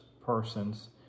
persons